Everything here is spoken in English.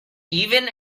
even